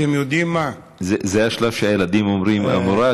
זה השלב שהילדים היו אומרים: המורה,